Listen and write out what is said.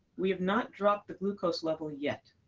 we have not dropped the glucose level yet.